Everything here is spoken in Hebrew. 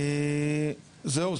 זהו,